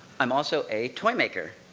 i'm also a toy maker!